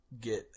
get